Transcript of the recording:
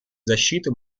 защиты